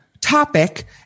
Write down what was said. topic